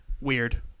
weird